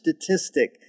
statistic